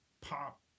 pop